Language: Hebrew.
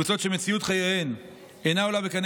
קבוצות שמציאות חייהן אינה עולה בקנה